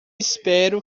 espero